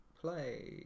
play